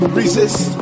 resist